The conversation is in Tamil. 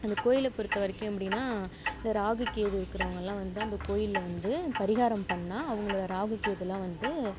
அந்தக் கோயிலை பொறுத்த வரைக்கும் எப்படின்னா இந்த ராகு கேது இருக்கறவங்கள்லாம் வந்து அந்தக் கோயிலில் வந்து பரிகாரம் பண்ணால் அவங்கள ராகு கேதெல்லாம் வந்து